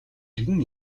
эргэн